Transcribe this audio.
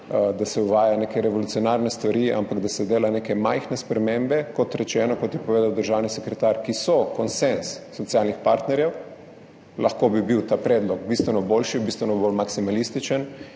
da se uvaja neke revolucionarne stvari, ampak da se dela neke majhne spremembe, kot rečeno, kot je povedal državni sekretar, ki so konsenz socialnih partnerjev. Lahko bi bil ta predlog bistveno boljši, bistveno bolj maksimalističen